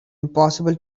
impossible